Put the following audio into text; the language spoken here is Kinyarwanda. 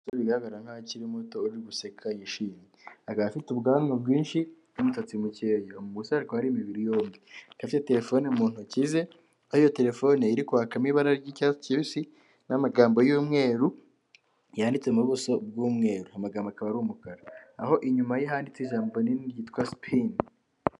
Umusore bigaragara nkaho akiri muto uri guseka yishimye, akaba afite ubwanwa bwinshi bw'umusatsi mukeya. Umusore akaba ari imibiri yombi akaba afite telefone mu ntoki ze. Ari iyo telefone iri kwakamo ibara ry'icyatsi kibisi n'amagambo y'umweru, yanditse mu buso bw'umweru. Amagambo akaba ari umukara, aho inyuma y'ihanditse ijambo rinini ryitwa sipeni.